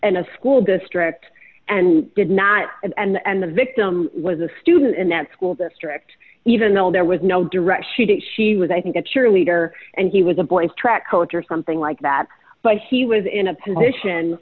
and a school district and did not and the victim was a student in that school district even though there was no direct she did she was i think a cheerleader and he was a boy's track coach or something like that but he was in a position